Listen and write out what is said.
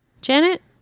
Janet